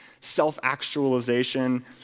self-actualization